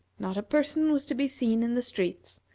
not a person was to be seen in the streets,